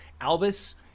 Albus